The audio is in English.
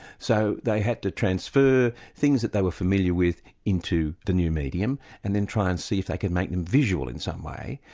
so they had to transfer things that they were familiar with into the new medium and then try and see if they could make them visual in some way,